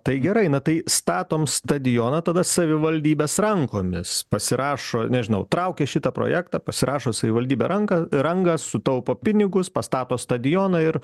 tai gerai na tai statom stadioną tada savivaldybės rankomis pasirašo nežinau traukia šitą projektą pasirašo savivaldybė ranką rangą sutaupo pinigus pastato stadioną ir